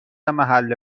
محل